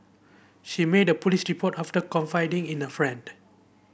she made a police report after confiding in a friend